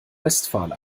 westphal